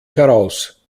heraus